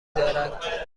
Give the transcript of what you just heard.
دارد